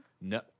No